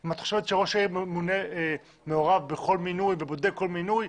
אם את חושבת שראש העיר מעורב בכל מינוי ובודק כל מינוי,